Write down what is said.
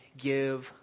give